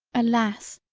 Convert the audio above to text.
alas!